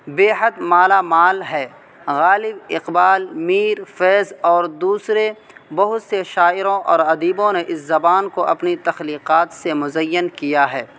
بے حد مالا مال ہے غالب اقبال میر فیض اور دوسرے بہت سے شاعروں اور ادیبوں نے اس زبان کو اپنی تخلیقات سے مزین کیا ہے